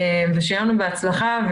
שיהיה לנו בהצלחה.